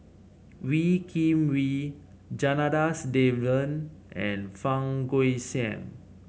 Wee Kim Wee Janadas Devan and Fang Guixiang